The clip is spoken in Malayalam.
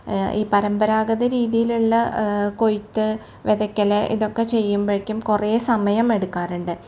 ഈ പരമ്പരാഗതരീതീലുള്ള കൊയ്ത്ത് വിതക്കൽ ഇതൊക്കെ ചെയ്യുമ്പഴേക്കും കുറെ സമയമെടുക്കാറുണ്ട്